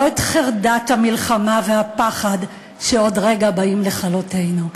ולא את חרדת המלחמה והפחד שעוד רגע באים לכלותנו.